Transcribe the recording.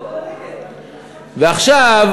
ועכשיו,